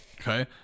okay